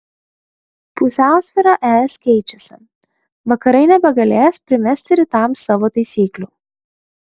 pusiausvyra es keičiasi vakarai nebegalės primesti rytams savo taisyklių